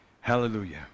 Hallelujah